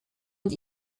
und